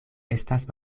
estas